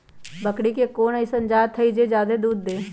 बकरी के कोन अइसन जात हई जे जादे दूध दे?